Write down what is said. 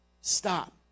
Stop